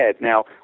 Now